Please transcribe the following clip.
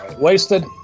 Wasted